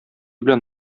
белән